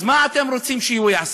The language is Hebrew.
אז מה אתם רוצים שהוא יעשה?